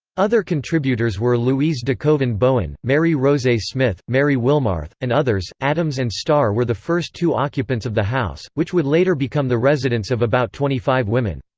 other contributors were louise dekoven bowen, mary rozet smith, mary wilmarth, and others addams and starr were the first two occupants of the house, which would later become the residence of about twenty five women.